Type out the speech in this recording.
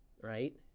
right